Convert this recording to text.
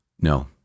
No